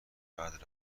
بعد